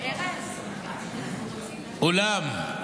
ואולם,